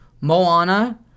Moana